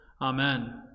Amen